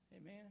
Amen